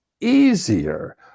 easier